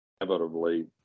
inevitably